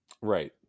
Right